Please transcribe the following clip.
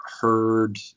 heard